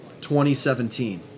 2017